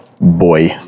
boy